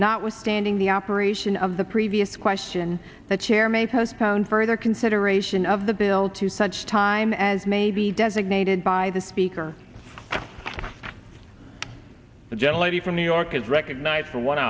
not withstanding the operation of the previous question the chair may postpone further consideration of the bill to such time as may be designated by the speaker the gentle lady from new york is recognized for one